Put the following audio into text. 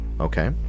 okay